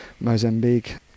Mozambique